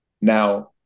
Now